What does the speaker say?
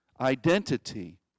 identity